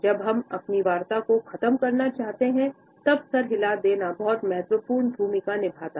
जब हम अपनी वार्ता को ख़तम करना चाहते हैं तब सिर हिला देना बहुत महत्वपूर्ण भूमिका निभाता है